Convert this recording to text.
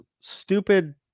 stupid